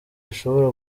zishobora